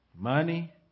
Money